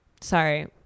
sorry